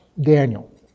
Daniel